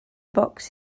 box